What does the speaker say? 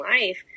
life